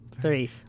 three